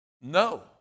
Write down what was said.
No